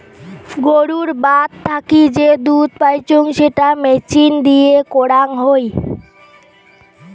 গুরুর বাত থাকি যে দুধ পাইচুঙ সেটা মেচিন দিয়ে করাং হই